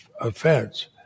offense